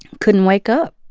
couldn't wake up.